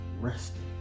resting